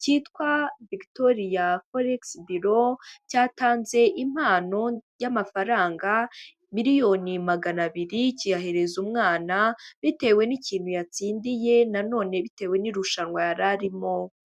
cyitwa Victoria Forex Bureua, cyatanze impano y'amafaranga miliyoni magana abiri kiyahereza umwana bitewe n'ikintu yatsindiye, na none bitewe n'irushanwa yari arimo.